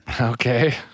Okay